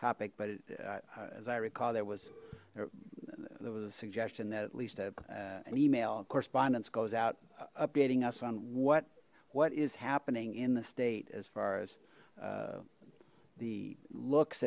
topic but as i recall there was there was a suggestion that at least a an email correspondence goes out updating us on what what is happening in the state as far as the looks